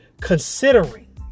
considering